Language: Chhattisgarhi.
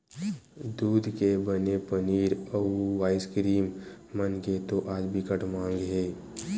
दूद के बने पनीर, अउ आइसकीरिम मन के तो आज बिकट माग हे